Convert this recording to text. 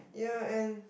yeah and